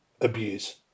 abuse